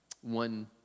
One